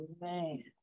man